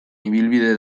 ibilbide